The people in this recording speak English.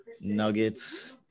Nuggets